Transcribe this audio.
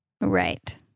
Right